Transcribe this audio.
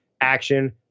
action